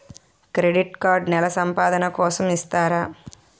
Credit card నెల సంపాదన కోసం ఇస్తారా?